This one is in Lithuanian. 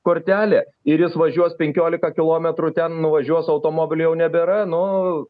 kortelę ir jis važiuos penkiolika kilometrų ten nuvažiuos automobilio jau nebėra nu